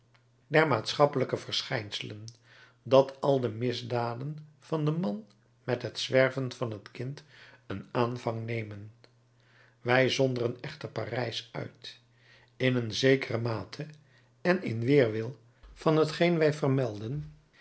der maatschappelijke verschijnselen dat al de misdaden van den man met het zwerven van het kind een aanvang nemen wij zonderen echter parijs uit in een zekere mate en in weerwil van t geen wij vermelden